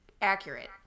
accurate